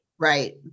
Right